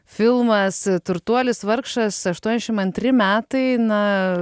filmas turtuolis vargšas aštuoniasdešim antri metai na